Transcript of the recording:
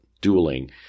dueling